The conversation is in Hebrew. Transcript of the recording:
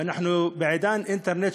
ואנחנו בעידן אינטרנט,